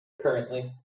currently